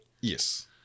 Yes